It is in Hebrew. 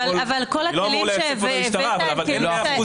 אני לא אמור לייצג פה את המשטרה אבל אין מאה אחוז